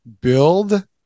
build